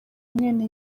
mwene